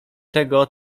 tego